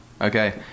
Okay